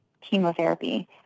chemotherapy